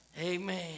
Amen